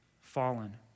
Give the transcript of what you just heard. fallen